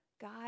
God